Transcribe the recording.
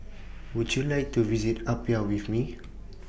Would YOU like to visit Apia with Me